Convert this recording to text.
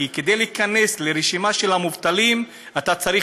כי כדי להיכנס לרשימת המובטלים אתה צריך